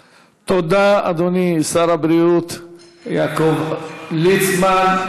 תודה, אדוני שר הבריאות יעקב ליצמן.